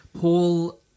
Paul